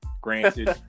Granted